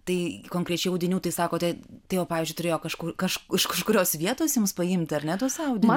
tai konkrečiai audinių tai sakote tai o pavyzdžiui turėjo kažkur kaž iš kažkurios vietos jums paimti ar ne tuos audinius